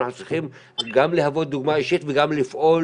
אנחנו צריכים גם להוות דוגמה אישית וגם לפעול